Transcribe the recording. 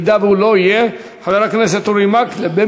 אם הוא לא יהיה, חבר הכנסת אורי מקלב.